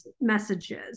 messages